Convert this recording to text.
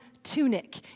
tunic